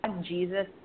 Jesus